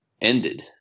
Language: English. ended